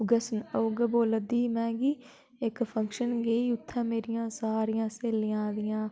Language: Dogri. उ'यै सना बोला दी ही में कि इक फंक्शन गेई उत्थैं मेरियां सारियां स्हेलियां आई दियां